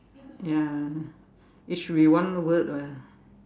ya it should be one word lah